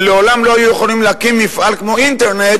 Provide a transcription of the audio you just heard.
שלעולם לא היו יכולים להקים מפעל כמו אינטרנט,